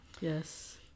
Yes